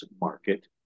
market